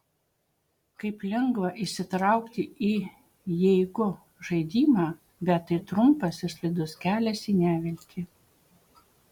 kaip lengva įsitraukti į jeigu žaidimą bet tai trumpas ir slidus kelias į neviltį